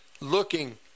looking